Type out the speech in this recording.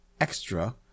extra